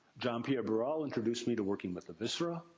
john pierre barral introduced me to working with the viscera.